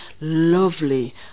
lovely